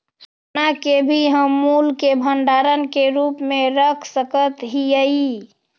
सोना के भी हम मूल्य के भंडार के रूप में रख सकत हियई